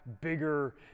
bigger